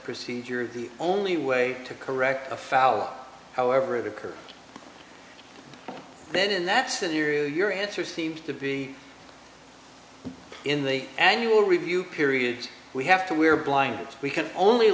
procedure the only way to correct a foul however it occurred then in that scenario your answer seems to be in the annual review period we have to we are blind we can only